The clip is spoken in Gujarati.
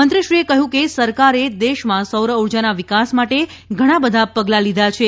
મંત્રીએ કહ્યું કે સરકારે દેશમાં સૌર ઉર્જાના વિકાસ માટે ઘણા બધા પગલાં લીધા છે